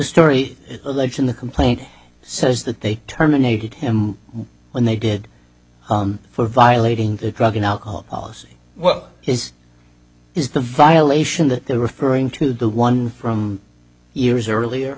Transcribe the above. story alleged in the complaint says that they terminated him when they did for violating the drug and alcohol policy well his is the violation that they're referring to the one from years earlier